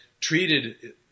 treated